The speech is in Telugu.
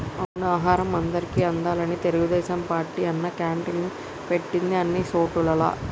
అవును ఆహారం అందరికి అందాలని తెలుగుదేశం పార్టీ అన్నా క్యాంటీన్లు పెట్టింది అన్ని సోటుల్లా